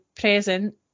present